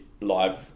live